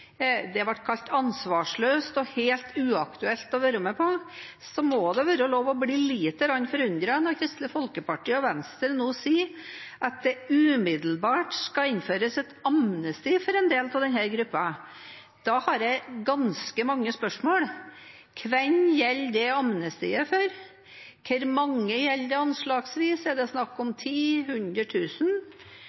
det ble kalt ansvarsløst og helt uaktuelt å være med på – må det være lov å bli lite grann forundret når Kristelig Folkeparti og Venstre nå sier at det umiddelbart skal innføres et amnesti for en del av denne gruppa. Da har jeg ganske mange spørsmål. Hvem gjelder det amnestiet for? Hvor mange gjelder det anslagsvis? Er det snakk om